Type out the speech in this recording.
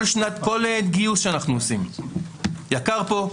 כל גיוס שאנחנו עושים יקר פה,